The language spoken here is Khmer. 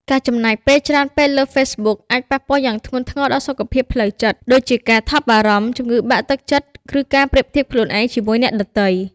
ការចំណាយពេលច្រើនពេកលើ Facebook អាច ប៉ះពាល់យ៉ាងធ្ងន់ធ្ងរដល់សុខភាពផ្លូវចិត្ត ដូចជាការថប់បារម្ភ ជំងឺបាក់ទឹកចិត្ត ឬការប្រៀបធៀបខ្លួនឯងជាមួយអ្នកដទៃ។